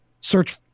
search